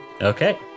Okay